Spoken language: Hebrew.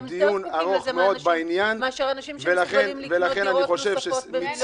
הם יותר זקוקים לזה מאנשים שמסוגלים לקנות דירות נוספות במיליונים